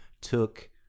took